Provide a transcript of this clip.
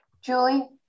Julie